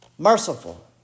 Merciful